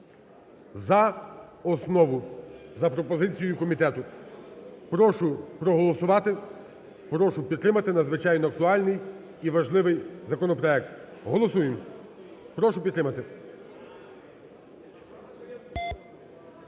за основу за пропозицією комітету. Прошу проголосувати. Прошу підтримати надзвичайно актуальний і важливий законопроект. Голосуємо. Прошу підтримати.